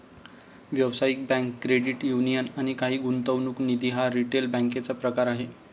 व्यावसायिक bank, credit union आणि काही गुंतवणूक निधी हा रिटेल बँकेचा प्रकार आहे